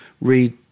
read